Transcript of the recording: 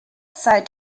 seid